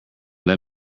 let